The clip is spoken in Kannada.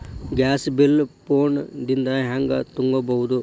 ಗ್ಯಾಸ್ ಬಿಲ್ ಫೋನ್ ದಿಂದ ಹ್ಯಾಂಗ ತುಂಬುವುದು?